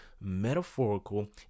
metaphorical